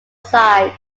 sides